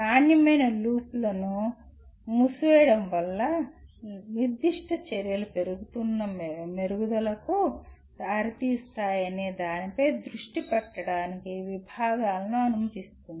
నాణ్యమైన లూప్ను మూసివేయడం వల్ల నిర్దిష్ట చర్యలు పెరుగుతున్న మెరుగుదలలకు దారితీస్తాయనే దానిపై దృష్టి పెట్టడానికి విభాగాలను అనుమతిస్తుంది